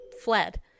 fled